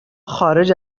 خارج